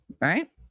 right